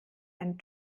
einen